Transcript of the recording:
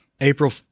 April